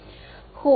மாணவர் ஹு